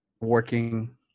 Working